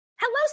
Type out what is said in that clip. Hello